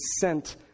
sent